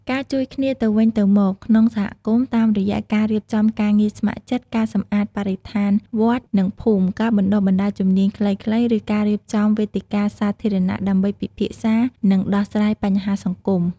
ការជួយគ្នាទៅវិញទៅមក ក្នុងសហគមន៍ តាមរយៈការរៀបចំការងារស្ម័គ្រចិត្ត ការសម្អាតបរិស្ថានវត្ត និងភូមិ ការបណ្ដុះបណ្ដាលជំនាញខ្លីៗ ឬការរៀបចំវេទិកាសាធារណៈដើម្បីពិភាក្សា និងដោះស្រាយបញ្ហាសង្គម។